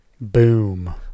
boom